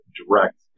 direct